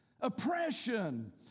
Oppression